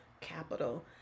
capital